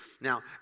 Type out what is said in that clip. Now